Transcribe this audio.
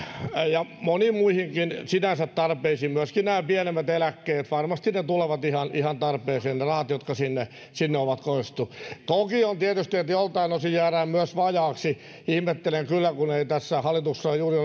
ja moniin muihinkin sinänsä tarpeisiin on myöskin nämä pienemmät eläkkeet varmasti tulevat ihan ihan tarpeeseen ne rahat jotka sinne sinne on kohdistettu toki on tietysti niin että joiltain osin jäädään myös vajaaksi ihmettelen kyllä että kun ei tässä hallituksessa juuri